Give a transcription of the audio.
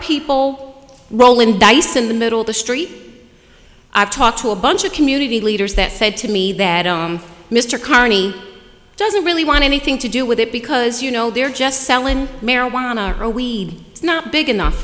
people rolling dice in the middle of the street i've talked to a bunch of community leaders that said to me that mr carney doesn't really want anything to do with it because you know they're just selling marijuana or a weed it's not big enough